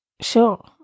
sure